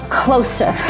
closer